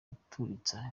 guturitsa